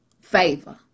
Favor